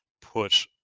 put